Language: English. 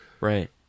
Right